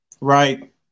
Right